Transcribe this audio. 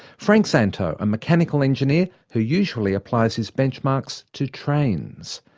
frank szanto, a mechanical engineer, who usually applies his benchmarks to trains.